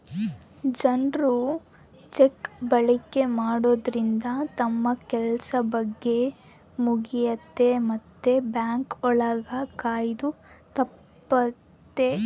ಜನ್ರು ಚೆಕ್ ಬಳಕೆ ಮಾಡೋದ್ರಿಂದ ತಮ್ ಕೆಲ್ಸ ಬೇಗ್ ಮುಗಿಯುತ್ತೆ ಮತ್ತೆ ಬ್ಯಾಂಕ್ ಒಳಗ ಕಾಯೋದು ತಪ್ಪುತ್ತೆ